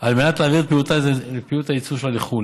על מנת להעביר את פעילות הייצור שלה לחו"ל.